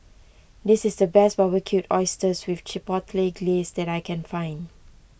this is the best Barbecued Oysters with Chipotle Glaze that I can find